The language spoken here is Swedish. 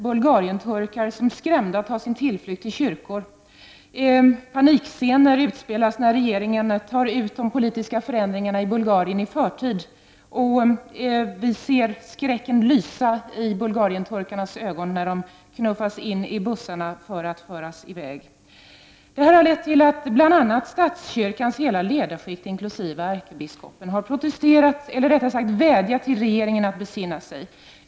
Bulgarienturkar tar skrämda sin tillflykt till kyrkor. Panikscener utspelas när regeringen tar fasta på de politiska förändringarna i Bulgarien i förtid. Vi ser skräcken lysa i bulgarienturkarnas ögon när de knuffas in i bussarna för att föras i väg. Detta har lett till att bl.a. statskyrkans hela ledarskikt, inkl. ärkebiskopen, har vädjat till regeringen att besinna sig.